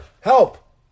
help